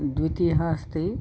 द्वितीयः अस्ति